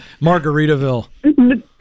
margaritaville